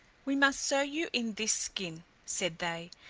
we must sew you in this skin, said they,